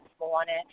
morning